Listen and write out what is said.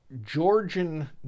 Georgian